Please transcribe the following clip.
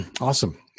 Awesome